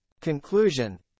Conclusion